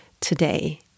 today